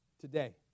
today